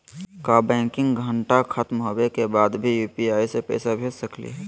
का बैंकिंग घंटा खत्म होवे के बाद भी यू.पी.आई से पैसा भेज सकली हे?